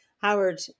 Howard